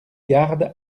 garde